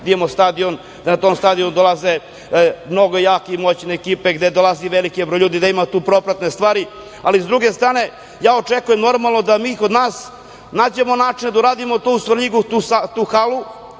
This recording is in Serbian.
da imamo stadion, da na taj stadion dolaze mnogo jake i moćne ekipe, gde dolazi veliki broj ljudi, da imamo tu propratne stvari. Ali s druge strane, očekujem, normalno, da mi kod nas nađemo način da uradimo to u Svrljigu, tu halu,